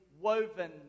woven